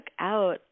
out